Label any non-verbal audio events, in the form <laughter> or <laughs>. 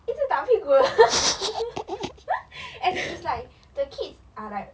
一直打屁股 <laughs> and it is like the kids are like